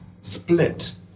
split